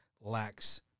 lacks